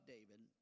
David